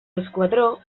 esquadró